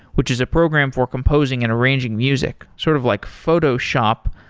which is a program for composing and arranging music, sort of like photoshop,